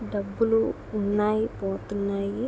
డబ్బులు ఉన్నాయి పోతున్నాయి